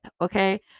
Okay